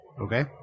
Okay